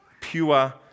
pure